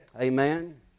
Amen